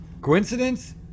Coincidence